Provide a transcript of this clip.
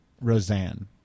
Roseanne